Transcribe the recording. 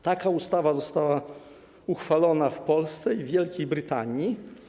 Taka ustawa została uchwalona w Polsce i w Wielkiej Brytanii.